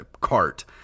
cart